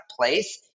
place